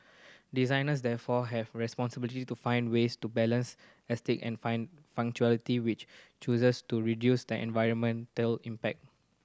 designers therefore have responsibility to find ways to balance aesthetic and functionality with choices to reduce the environmental impact